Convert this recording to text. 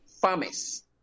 farmers